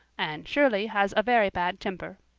ann shirley has a very bad temper.